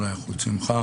אולי חוץ ממך,